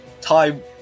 time